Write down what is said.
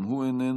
גם הוא איננו.